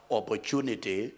opportunity